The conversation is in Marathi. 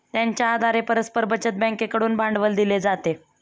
त्यांच्या आधारे परस्पर बचत बँकेकडून भांडवल दिले जाते